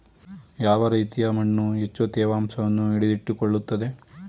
ಯಾವ ರೀತಿಯ ಮಣ್ಣು ಹೆಚ್ಚು ತೇವಾಂಶವನ್ನು ಹಿಡಿದಿಟ್ಟುಕೊಳ್ಳುತ್ತದೆ?